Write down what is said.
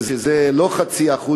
זה לא 0.5%,